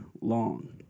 long